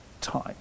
time